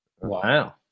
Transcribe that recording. Wow